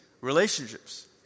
relationships